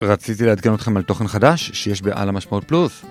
רציתי לעדכן אתכם על תוכן חדש שיש בעל המשמעות פלוס